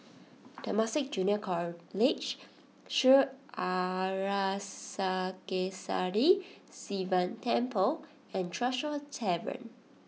Temasek Junior College Sri Arasakesari Sivan Temple and Tresor Tavern